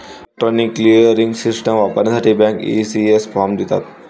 electronic clearing system वापरण्यासाठी bank, ECS form देतात